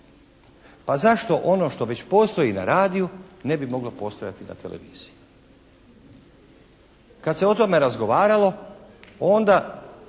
Pa zašto ono što već postoji na radiju ne bi moglo postojati i na televiziji? Kad se o tome razgovaralo onda